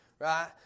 right